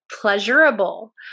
pleasurable